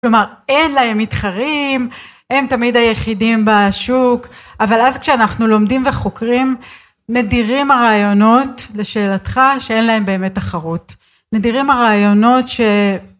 כלומר אין להם מתחרים, הם תמיד היחידים בשוק, אבל אז כשאנחנו לומדים וחוקרים, נדירים הרעיונות לשאלתך שאין להם באמת תחרות נדירים הרעיונות ש...